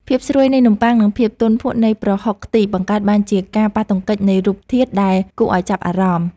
ភាពស្រួយនៃនំប៉័ងនិងភាពទន់ភក់នៃប្រហុកខ្ទិះបង្កើតបានជាការប៉ះទង្គិចនៃរូបធាតុដែលគួរឱ្យចាប់អារម្មណ៍។